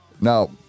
Now